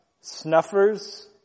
snuffers